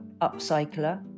upcycler